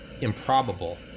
improbable